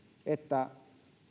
että